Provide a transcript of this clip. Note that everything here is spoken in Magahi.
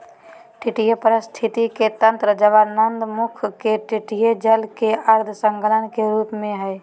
तटीय पारिस्थिति के तंत्र ज्वारनदमुख के तटीय जल के अर्ध संलग्न के रूप में हइ